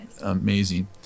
amazing